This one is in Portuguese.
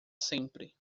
sempre